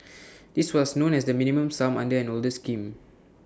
this was known as the minimum sum under an older scheme